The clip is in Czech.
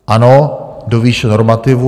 Ano, do výše normativů.